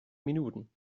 minuten